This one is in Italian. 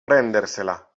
prendersela